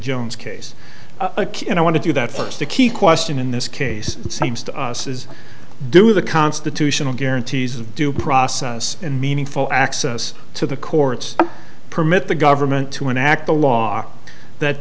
jones case a kid and i want to do that first a key question in this case it seems to us is do the constitutional guarantees of due process and meaningful access to the courts permit the government to enact a law that